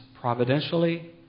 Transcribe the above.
providentially